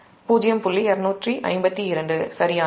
252 சரியானது